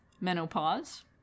menopause